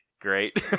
Great